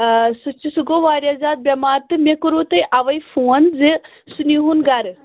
آ سُہ چھُ سُہ گوٚو واریاہ زیادٕ بٮ۪مار تہٕ مےٚ کوٚروٕ تۄہہِ اَوے فون زِ سُہ نِہوٗن گَرٕ